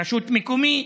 רשות מקומית,